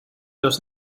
los